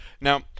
Now